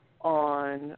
on